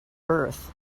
birth